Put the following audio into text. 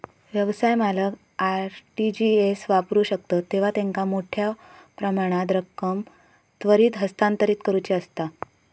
व्यवसाय मालक RTGS वापरू शकतत जेव्हा त्यांका मोठ्यो प्रमाणात रक्कम त्वरित हस्तांतरित करुची असता